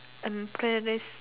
embarrassing